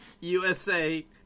USA